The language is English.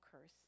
curse